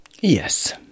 Yes